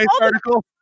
article